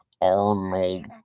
Arnold